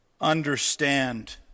understand